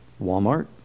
Walmart